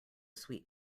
sweet